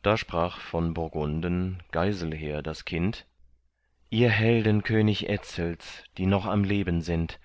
da sprach von burgunden geiselher das kind ihr helden könig etzels die noch am leben sind